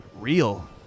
real